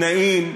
נעים.